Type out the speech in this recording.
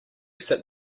sit